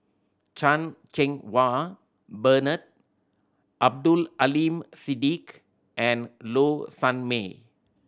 Chan Cheng Wah Bernard Abdul Aleem Siddique and Low Sanmay